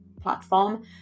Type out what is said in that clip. platform